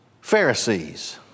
Pharisees